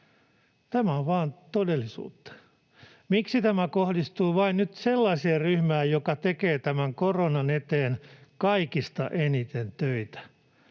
Tämä on vaan todellisuutta. Miksi tämä kohdistuu nyt vain sellaiseen ryhmään, joka tekee tämän koronan eteen kaikista eniten töitä,